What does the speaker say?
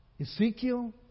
Ezekiel